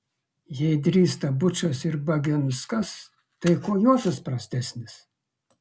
jei drįsta bučas ir baginskas tai kuo juozas prastesnis